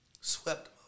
Swept